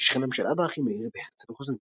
כשכנם של אב"א אחימאיר והרצל רוזנבלום.